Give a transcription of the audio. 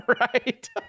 Right